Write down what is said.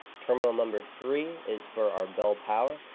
terminal number three is for our bell power.